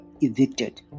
evicted